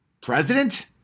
president